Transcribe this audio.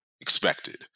expected